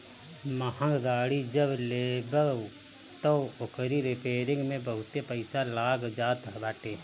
महंग गाड़ी जब लेबअ तअ ओकरी रिपेरिंग में बहुते पईसा लाग जात बाटे